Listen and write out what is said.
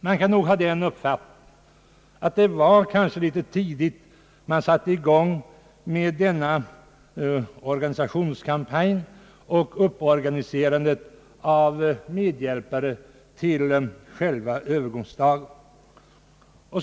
Man kan nog ha den uppfattningen att denna organisationskampanj och organise randet av medhjälpare till själva övergångsdagen påbörjades litet väl tidigt.